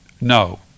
No